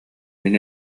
мин